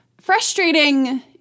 frustrating